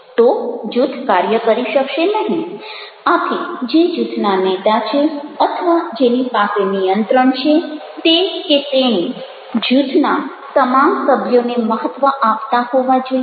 તો જૂથ કાર્ય કરી શકશે નહિ આથી જે જૂથના નેતા છે અથવા જેની પાસે નિયંત્રણ છે તે કે તેણી જૂથના તમામ સભ્યોને મહ્ત્ત્વ આપતા હોવા જોઈએ